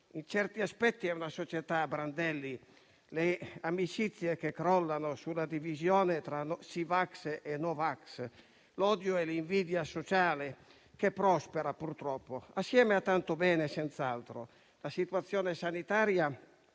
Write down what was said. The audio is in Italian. In certi aspetti è una società a brandelli: le amicizie crollano sulla divisione tra sì vax e no vax; l'odio e l'invidia sociale prosperano, purtroppo (assieme a tanto bene, senz'altro); la situazione sanitaria,